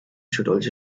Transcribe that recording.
sorolls